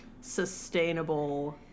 sustainable